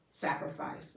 sacrifice